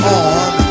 on